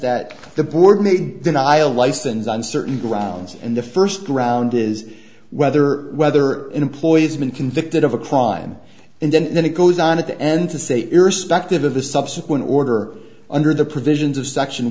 that the board made denial licens on certain grounds and the first ground is whether whether employees been convicted of a crime and then it goes on at the end to say irrespective of the subsequent order under the provisions of section